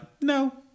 no